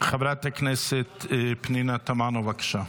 חברת הכנסת פנינה תמנו, בבקשה.